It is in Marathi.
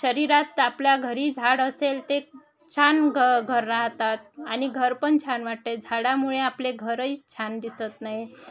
शरीरात आपल्या घरी झाड असेल ते छान घ घर राहतात आणि घर पण छान वाटते झाडामुळे आपले घरही छान दिसत नाही